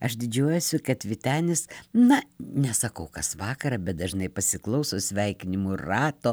aš didžiuojuosiu kad vytenis na nesakau kas vakarą bet dažnai pasiklauso sveikinimų rato